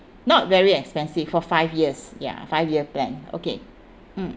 not very expensive for five years ya five year plan okay mm